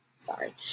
Sorry